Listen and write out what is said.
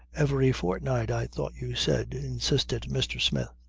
every fortnight, i thought you said, insisted mr. smith.